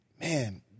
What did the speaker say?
man